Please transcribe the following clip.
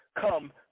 come